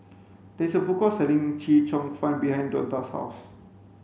there is a food court selling chee cheong fun behind Donta's house